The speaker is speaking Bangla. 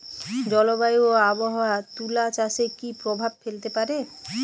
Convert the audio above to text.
জলবায়ু ও আবহাওয়া তুলা চাষে কি প্রভাব ফেলতে পারে?